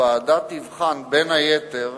הוועדה תבחן, בין היתר,